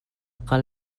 kal